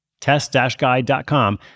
Test-Guide.com